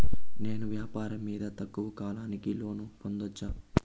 నేను వ్యాపారం మీద తక్కువ కాలానికి లోను పొందొచ్చా?